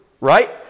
right